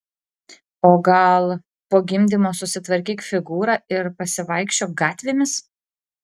o gal po gimdymo susitvarkyk figūrą ir pasivaikščiok gatvėmis